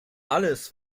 alles